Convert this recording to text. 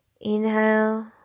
Inhale